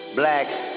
blacks